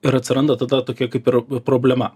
ir atsiranda tada tokia kaip ir problema